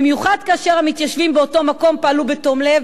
במיוחד כאשר המתיישבים באותו מקום פעלו בתום לב,